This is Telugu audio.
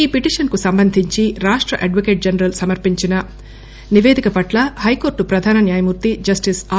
ఈ పిటీషన్ కు సంబంధించి రాష్ట అడ్వకేట్ జనరల్ సమర్పించిన నిపేదిక పట్ల హైకోర్లు ప్రధాన న్యాయమూర్తి జస్లిస్ ఆర్